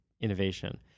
innovation